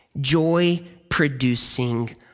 joy-producing